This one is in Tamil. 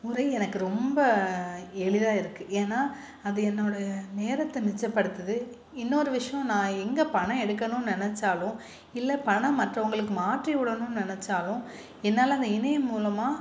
முறை எனக்கு ரொம்ப எளிதாக இருக்குது ஏன்னால் அது என்னோடய நேரத்தை மிச்சப்படுத்துது இன்னொரு விஷயம் நான் எங்கே பணம் எடுக்கணும்னு நினச்சாலும் இல்லை பணம் மற்றவங்களுக்கு மாற்றி விடணுன்னு நெனைச்சாலும் என்னால அந்த இணையம் மூலம்